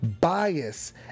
bias